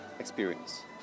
experience